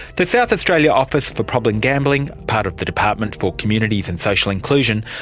the south australian office for problem gambling, part of the department for communities and social inclusion,